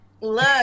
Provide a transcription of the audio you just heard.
Look